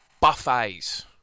buffets